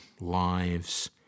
lives